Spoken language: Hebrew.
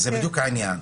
זה בדיוק העניין.